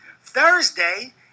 Thursday